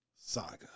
saga